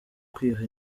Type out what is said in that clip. kwiha